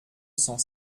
cent